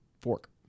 fork